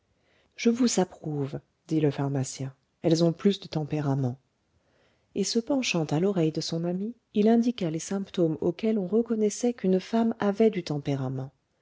je vous approuve dit le pharmacien elles ont plus de tempérament et se penchant à l'oreille de son ami il indiqua les symptômes auxquels on reconnaissait qu'une femme avait du tempérament